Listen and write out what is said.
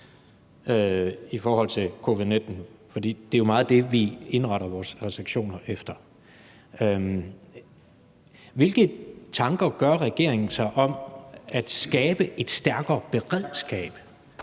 i forhold til covid-19, for det er jo meget det, vi indretter vores restriktioner efter. Hvilke tanker gør regeringen sig om at skabe et stærkere beredskab?